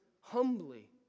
humbly